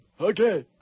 Okay